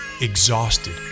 exhausted